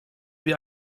wie